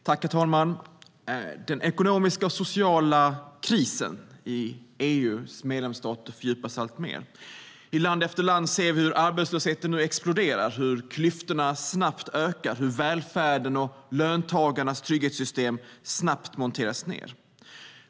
Herr talman! Den ekonomiska och sociala krisen i EU:s medlemsstater fördjupas alltmer. I land efter land ser vi hur arbetslösheten nu exploderar, hur klyftorna snabbt ökar, hur välfärden och löntagarnas trygghetssystem snabbt monteras ned.